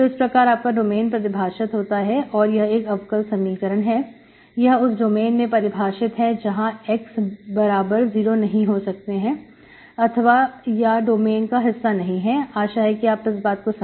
तो इस प्रकार आपका डोमेन परिभाषित होता है और यह एक अवकल समीकरण है यह उस डोमेन में परिभाषित है जहां x बराबर0 नहीं हो सकते हैं अथवा या डोमेन का हिस्सा नहीं है आशा है आप इस बात को समझ गए